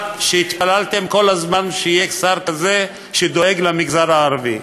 שהתפללתם כל הזמן שיהיה שר כזה שדואג למגזר הערבי.